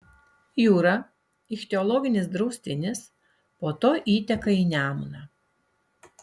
jūra ichtiologinis draustinis po to įteka į nemuną